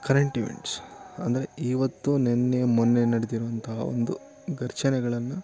current events ಅಂದರೆ ಇವತ್ತು ನೆನ್ನೆ ಮೊನ್ನೆ ನಡೆದಿರುವಂಥ ಒಂದು ಗರ್ಚನೆಗಳನ್ನ